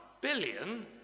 billion